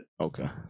Okay